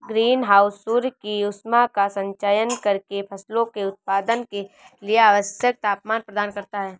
green house सूर्य की ऊष्मा का संचयन करके फसलों के उत्पादन के लिए आवश्यक तापमान प्रदान करता है